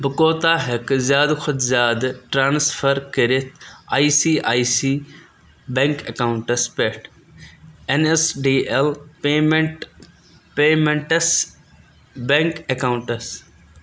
بہٕ کوٗتاہ ہٮ۪کہٕ زِیٛادٕ کھوتہٕ زِیٛادٕ ٹرانسفر کٔرِتھ I C I C bank اکاونٹہٕ پٮ۪ٹھ N S D L payment payments bank اکاونٹَس